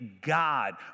God